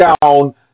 down